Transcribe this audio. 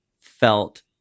felt